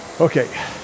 okay